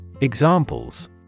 Examples